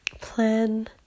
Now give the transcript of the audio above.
plan